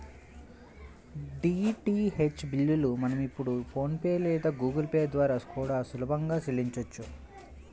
DTH బిల్లుల్ని మనం ఇప్పుడు ఫోన్ పే లేదా గుగుల్ పే ల ద్వారా కూడా సులభంగా చెల్లించొచ్చు